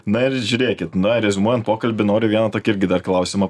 na ir žiūrėkit na reziumuojant pokalbį noriu vieną tokį irgi dar klausimą